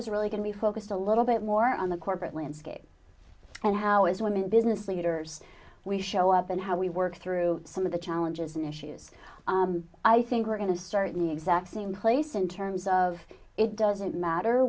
is really going to be focused a little bit more on the corporate landscape and how as women business leaders we show up and how we work through some of the challenges and issues i think we're going to start in the exact same place in terms of it doesn't matter